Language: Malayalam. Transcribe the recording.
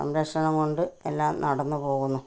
സംരക്ഷണം കൊണ്ട് എല്ലാം നടന്നു പോകുന്നു